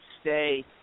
stay